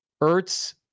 Ertz